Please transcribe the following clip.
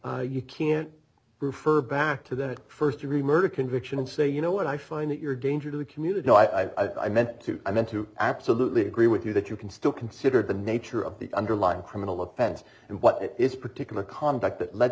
theory you can't refer back to that first degree murder conviction and say you know what i find that your danger to the community no i meant to i meant to absolutely agree with you that you can still consider the nature of the underlying criminal offense and what it is particular conduct that led